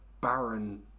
barren